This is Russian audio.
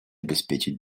обеспечить